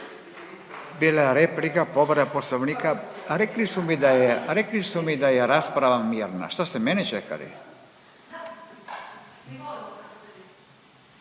rekli su mi da je, rekli su mi da je rasprava mirna. Što ste mene čekali?